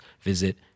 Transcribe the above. visit